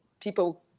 people